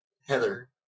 Heather